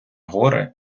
гори